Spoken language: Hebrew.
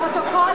לפרוטוקול,